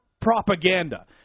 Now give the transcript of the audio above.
propaganda